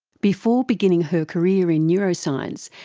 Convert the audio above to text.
before beginning her career in neuroscience,